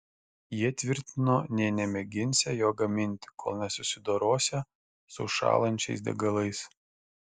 jie tvirtino nė nemėginsią jo gaminti kol nesusidorosią su užšąlančiais degalais